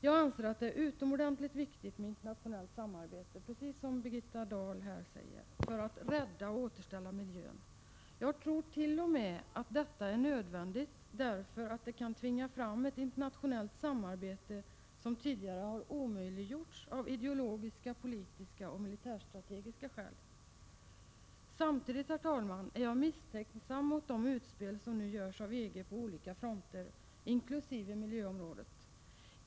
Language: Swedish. Jag anser att det är utomordentligt viktigt med internationellt samarbete, precis som Birgitta Dahl säger, för att rädda och återställa miljön. Jag tror t.o.m. att detta är nödvändigt därför att det kan framtvinga ett internationellt samarbete som tidigare omöjliggjorts av ideologiska, politiska och militärstrategiska skäl. Samtidigt är jag misstänksam mot de utspel som nu görs av EG på olika fronter, inkl. miljöområdet.